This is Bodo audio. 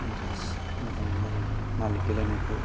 इन्टारेस्ट मोजां मोनो आरो मालाय गेलेनायखौ